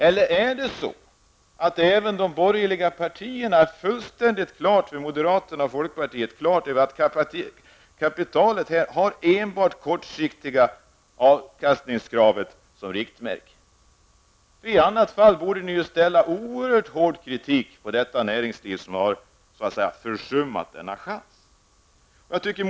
Eller är det så att folkpartiet och moderaterna tycker att kapitalet endast skall ha det kortsiktiga kravet på stor avkastning som riktmärke? I annat fall borde ni ha riktat oerhört hård kritik mot detta näringsliv som har försummat chansen.